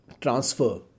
transfer